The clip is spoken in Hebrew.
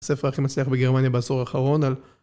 ספר הכי מצליח בגרמניה בעשור האחרון על